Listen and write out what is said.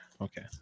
Okay